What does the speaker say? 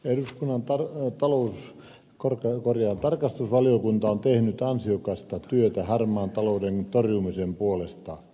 eduskunnan tarkastusvaliokunta on tehnyt ansiokasta työtä harmaan talouden torjumisen puolesta